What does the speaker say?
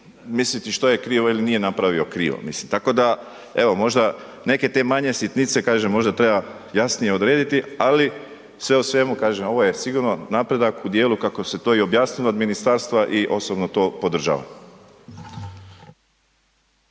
misliti što je krivo ili nije napravio krivo, mislim, tako da evo možda te neke manje sitnice, kažem, možda treba jasnije odrediti, ali sve u svemu, kažem, ovo je sigurno napredak u dijelu kako se to i objasnilo od ministarstva i osobno to podržavam.